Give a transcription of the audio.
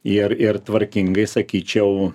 ir ir tvarkingai sakyčiau